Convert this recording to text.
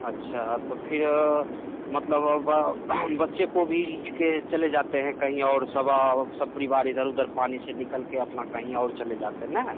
अच्छा तो फिर मतलब व व बच्चे को भी लेके चले जाते हैं कही और सबा सब परिवार इधर उधर पानी से निकल के अपना कही और चले जाते हैं ना